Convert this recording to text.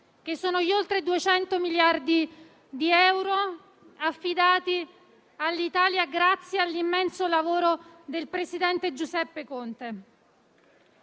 gli oltre 200 miliardi di euro affidati all'Italia grazie all'immenso lavoro del presidente Giuseppe Conte.